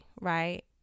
Right